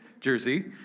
Jersey